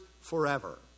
forever